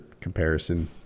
comparison